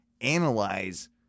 analyze